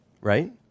Right